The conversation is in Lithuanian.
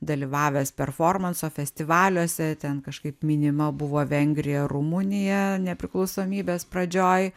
dalyvavęs performanso festivaliuose ten kažkaip minima buvo vengrija rumunija nepriklausomybės pradžioj